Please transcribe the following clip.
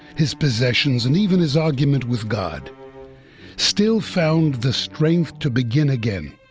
his possessions, and even his argument with god still found the strength to begin again,